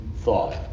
thought